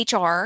HR